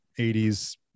80s